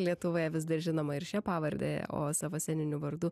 lietuvoje vis dar žinoma ir šia pavarde o savo sceniniu vardu